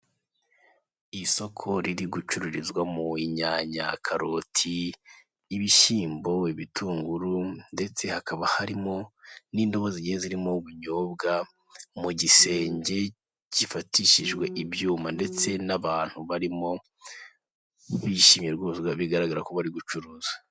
Isoko riri gucururizwa mu inyanya, karoti, ibishyimbo, ibitunguru ndetse hakaba harimo n'indobo zige zirimo ubunyobwa mu gisenge kifatishijwe ibyuma ndetse n'abantu barimo bishimye rwose bigaragara ko bari gucuruza.